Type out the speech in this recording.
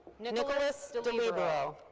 nicholas delibero.